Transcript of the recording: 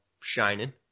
shining